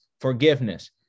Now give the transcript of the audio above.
forgiveness